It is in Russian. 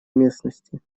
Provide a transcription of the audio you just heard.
местности